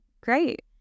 great